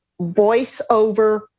voiceover